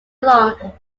along